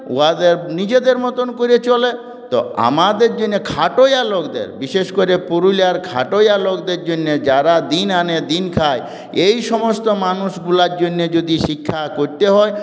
উহাদের নিজেদের মত করে চলে তো আমাদের মত খাটোয়া লোকদের বিশেষ করে পুরুলিয়ার খাটোয়া লোকদের জন্যে যারা দিন আনে দিন খায় এই সমস্ত মানুষগুলোর জন্যে যদি শিক্ষা করতে হয়